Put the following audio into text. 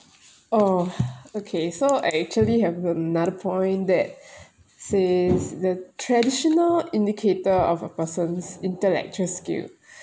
oh okay so I actually have another point that says the traditional indicator of a person's intellectual skill